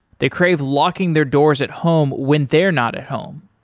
they crave locking their doors at home when they're not at home.